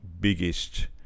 biggest